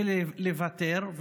לוותר,